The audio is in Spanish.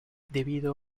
debido